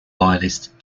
loyalist